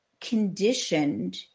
conditioned